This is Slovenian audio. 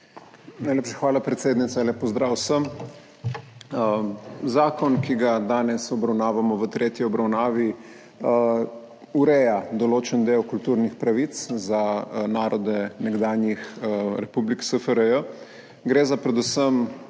Najlepša hvala, predsednica. Lep pozdrav vsem! Zakon, ki ga danes obravnavamo v tretji obravnavi, ureja določen del kulturnih pravic za narode nekdanjih republik SFRJ. Gre predvsem